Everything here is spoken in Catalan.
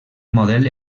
model